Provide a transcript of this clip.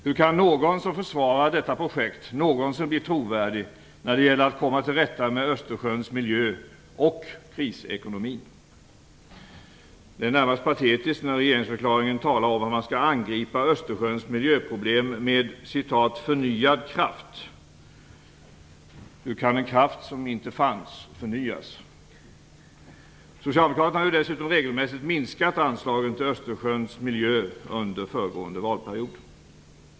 Hur kan någon som är trovärdig när det gäller att komma till rätta med Östersjöns miljö och krisekonomin försvara detta projekt? Det är närmast patetiskt när regeringsförklaringen talar om att man skall angripa Östersjöns miljöproblem med "förnyad kraft". Hur kan en kraft som inte fanns förnyas? Socialdemokraterna har dessutom regelmässigt minskat anslagen till Östersjöns miljö under föregående valperiod.